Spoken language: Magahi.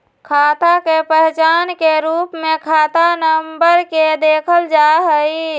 खाता के पहचान के रूप में खाता नम्बर के देखल जा हई